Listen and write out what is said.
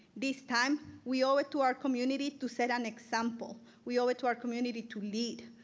this time we owe it to our community to set an example. we owe it to our community to lead.